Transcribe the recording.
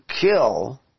kill